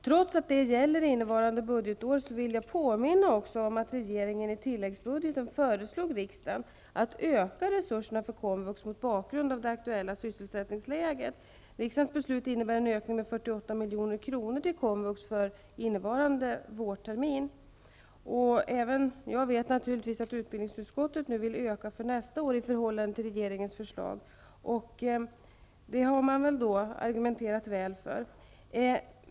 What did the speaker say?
Trots att det gäller innevarande budgetår vill jag påminna om att regeringen i tilläggsbudgeten föreslog riksdagen att öka resurserna för komvux mot bakgrund av det aktuella sysselsättningsläget. Jag vet naturligtvis att utbildningsutskottet nu vill öka för nästa år i förhållande till regeringens förslag. Det har man argumenterat väl för.